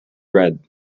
red